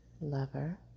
lover